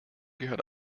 gehört